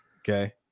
okay